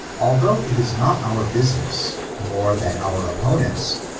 although it is not our business, more than our opponents,